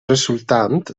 resultant